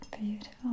beautiful